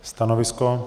Stanovisko?